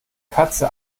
katze